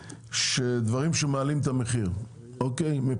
דברים שמעלים את המחיר מבחינתכם.